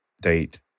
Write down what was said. date